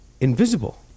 invisible